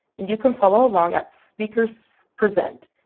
and you can follow along as speaker presents.